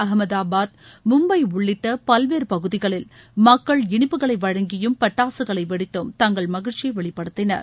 அம்தாபாத் மும்பை உள்ளிட்ட பல்வேறு பகுதிகளில் மக்கள் இனிப்புகளை வழங்கியும் பட்டாசுகளை வெடித்தும் தங்கள் மகிழ்ச்சியை வெளிப்படுத்தினர்